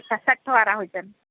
अच्छा सठि वारा हुजनि